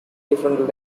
different